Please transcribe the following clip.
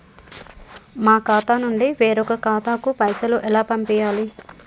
మా ఖాతా నుండి వేరొక ఖాతాకు పైసలు ఎలా పంపియ్యాలి?